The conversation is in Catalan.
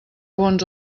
bons